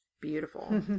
beautiful